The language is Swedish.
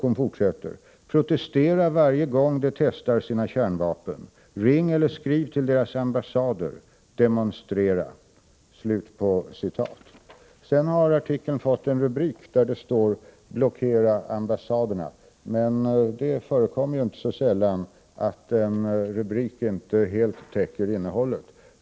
Hon fortsätter: ”Protestera varje gång de testar sina kärnvapen! Ring eller skriv till deras ambassader! Demonstrera!” Sedan har artikeln fått en rubrik där det står: Blockera ambassaderna! Men det förekommer inte så sällan att en rubrik inte helt täcker innehållet.